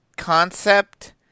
Concept